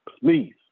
please